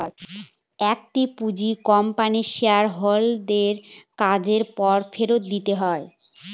একটি পুঁজি কোম্পানির শেয়ার হোল্ডার দের কাজের পর ফেরত দিতে হয়